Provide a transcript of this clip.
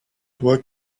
toi